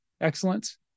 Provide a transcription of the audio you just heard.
excellence